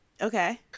Okay